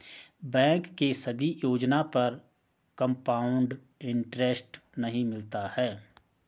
bank के सभी योजना पर कंपाउड इन्टरेस्ट नहीं मिलता है